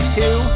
two